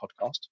podcast